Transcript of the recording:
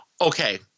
Okay